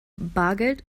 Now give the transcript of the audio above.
bargeld